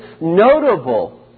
notable